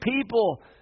people